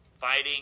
fighting